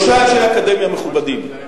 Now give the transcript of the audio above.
שלושה אנשי אקדמיה מכובדים,